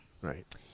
Right